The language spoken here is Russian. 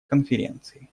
конференции